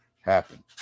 happen